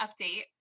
update